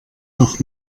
noch